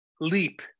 leap